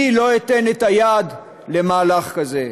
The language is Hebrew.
אני לא אתן את היד למהלך כזה,